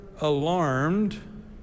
alarmed